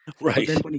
Right